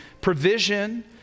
provision